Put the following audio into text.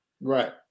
Right